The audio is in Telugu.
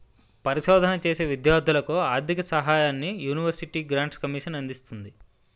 పరిశోధన చేసే విద్యార్ధులకు ఆర్ధిక సహాయాన్ని యూనివర్సిటీ గ్రాంట్స్ కమిషన్ అందిస్తుంది